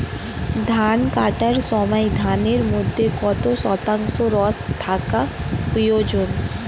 ধান কাটার সময় ধানের মধ্যে কত শতাংশ রস থাকা প্রয়োজন?